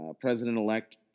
President-elect